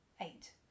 eight